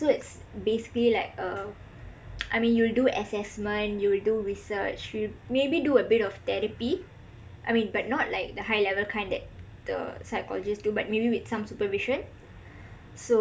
so it's basically like uh I mean you'll do assessment you'll do research you'll maybe do abit of therapy I mean but not like a high level kind that the psycholoigst do but maybe with some supervision so